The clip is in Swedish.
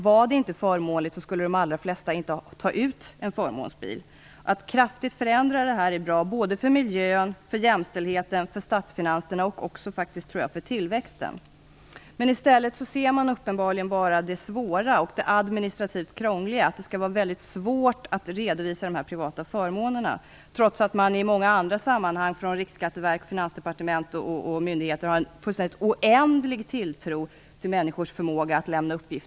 Vore det inte förmånligt skulle de allra flesta inte ta ut en förmånsbil. Att kraftigt förändra systemet är bra för miljön, jämställdheten, statsfinanserna och faktiskt också, tror jag, tillväxten. I stället ser man uppenbarligen bara det svåra och det administrativt krångliga. Det sägs vara svårt att redovisa de privata förmånerna, trots att det i många andra sammanhang på Riksskatteverket, Finansdepartement och andra myndigheter finns en fullständigt oändlig tilltro till människors förmåga att lämna uppgifter.